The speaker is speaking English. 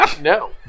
No